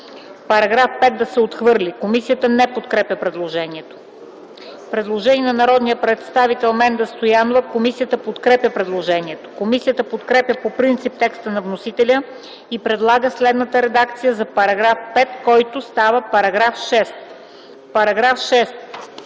Параграф 5 да се отхвърли. Комисията не подкрепя предложението. Предложение на народния представители Менда Стоянова. Комисията подкрепя предложението. Комисията подкрепя по принцип текста на вносителя и предлага следната редакция за § 5, който става § 6: „§ 6.